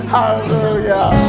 Hallelujah